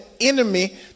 enemy